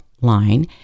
line